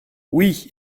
oui